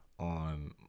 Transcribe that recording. on